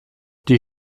die